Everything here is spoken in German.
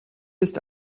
ist